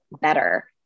better